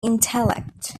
intellect